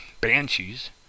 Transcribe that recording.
Banshees